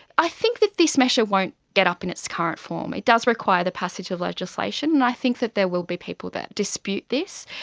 i think that this measure won't get up in its current form. it does require the passage of legislation and i think that there will be people that dispute this.